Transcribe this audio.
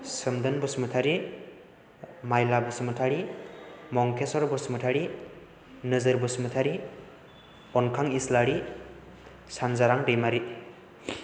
Somdon Basumatary Mayla Basumatary Mankeswar Basumatary Nojor Basumatary Ankhang Islary Sanjarang Daimary